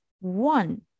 one